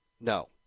No